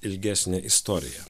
ilgesnę istoriją